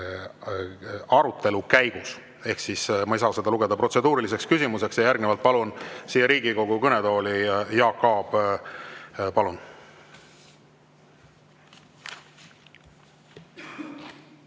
arutelu käigus, ehk ma ei saa seda lugeda protseduuriliseks küsimuseks. Järgnevalt palun Riigikogu kõnetooli Jaak Aabi. Palun!